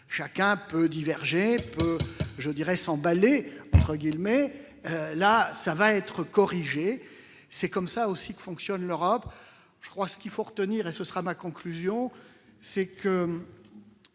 chacun peut diverger peut je dirais s'emballer, entre guillemets, là ça va être corrigé, c'est comme ça aussi que fonctionne l'Europe je crois ce qu'il faut retenir et ce sera ma conclusion, c'est que,